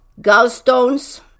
gallstones